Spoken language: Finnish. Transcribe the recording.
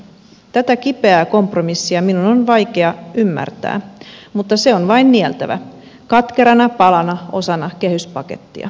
tätä kipeää kompromissia minun on vaikea ymmärtää mutta se on vain nieltävä katkerana palana osana kehyspakettia